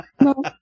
No